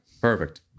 Perfect